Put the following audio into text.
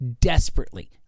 desperately